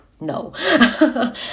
no